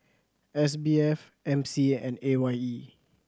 S B F M C A and A Y E